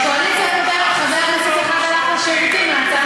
בקואליציה הקודמת חבר כנסת אחד הלך לשירותים וההצעה